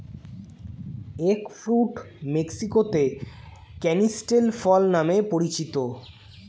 egg fruit মেক্সিকোতে canistel ফল নামে পরিচিত